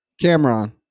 Cameron